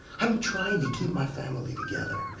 i'm trying to keep my family together.